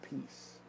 peace